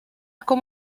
com